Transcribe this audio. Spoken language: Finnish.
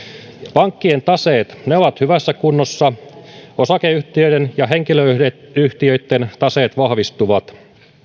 pankkien taseet ovat hyvässä kunnossa osakeyhtiöiden ja henkilöyhtiöitten taseet vahvistuvat